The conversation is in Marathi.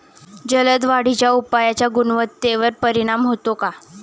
जलद वाढीच्या उपायाचा गुणवत्तेवर परिणाम होतो का?